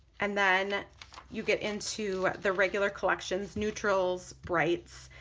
and then you get into the regular collections neutrals, brights,